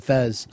Fez